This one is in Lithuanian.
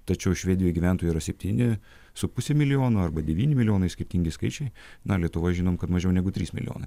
tačiau švedijoj gyventojų yra septyni su puse milijono arba devyni milijonai skirtingi skaičiai na lietuvoj žinom kad mažiau negu trys milijonai